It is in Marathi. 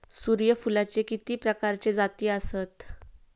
सूर्यफूलाचे किती प्रकारचे जाती आसत?